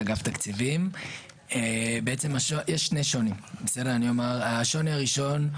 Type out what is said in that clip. יש שני דברים: השוני הראשון,